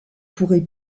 pourrait